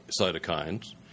cytokines